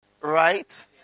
Right